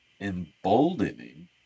emboldening